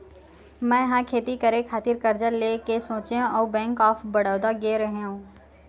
मै ह खेती करे खातिर करजा लेय के सोचेंव अउ बेंक ऑफ बड़ौदा गेव रेहेव